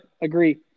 Agree